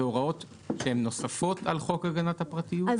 אלה הוראות שהן נוספות על חוק הגנת הפרטיות?